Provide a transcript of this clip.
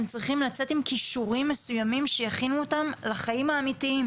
הם צריכים לצאת עם כישורים מסוימים שיכינו אותם לחיים האמיתיים,